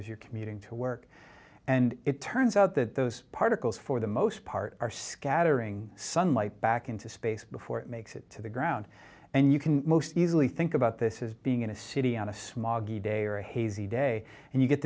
as you're commuting to work and it turns out that those particles for the most part are scattering sunlight back into space before it makes it to the ground and you can most easily think about this is being in a city on a smog day or a hazy day and you get